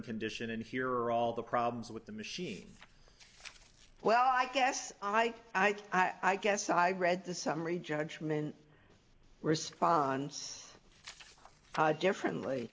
condition and here are all the problems with the machine well i guess i i guess i read the summary judgment response differently